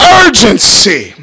urgency